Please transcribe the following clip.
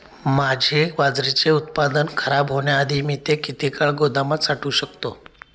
माझे बाजरीचे उत्पादन खराब होण्याआधी मी ते किती काळ गोदामात साठवू शकतो?